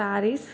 Paris